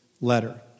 letter